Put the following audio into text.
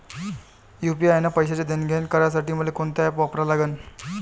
UPI न पैशाचं देणंघेणं करासाठी मले कोनते ॲप वापरा लागन?